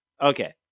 Okay